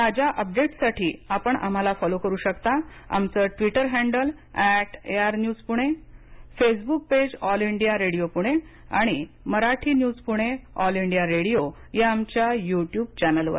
ताज्या अपडेट्ससाठी आपण आम्हाला फॉलो करू शकता आमचं Twitter handle at AIR news Pune Facebook page all India radio Pune आणि Marathi news Pune all India radio या आमच्या युट्युब चॅनलवर